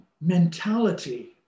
mentality